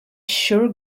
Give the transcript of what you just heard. sure